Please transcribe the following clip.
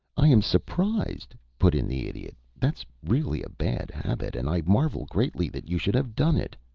i am surprised, put in the idiot. that's really a bad habit, and i marvel greatly that you should have done it.